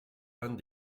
peint